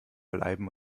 bleiben